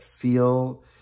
feel